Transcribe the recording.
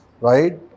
right